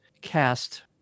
cast